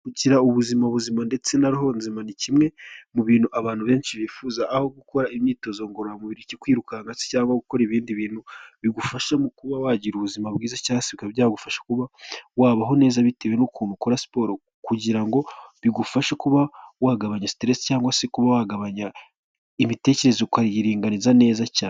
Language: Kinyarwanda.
Kugira ubuzima buzima ndetse na roho nzima ni kimwe mu bintu abantu benshi bifuza aho gukora imyitozo ngororamubiri, kwirukanka si cyangwa gukora ibindi bintu bigufasha mu kuba wagira ubuzima bwiza, cyangwa si bikaba byagufasha kuba wabaho neza bitewe n'ukuntu ukora siporo kugira ngo bigufashe kuba wagabanya stress cyangwa se kuba wagabanya imitekerereze ukayiringaniza neza cyane.